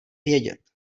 vědět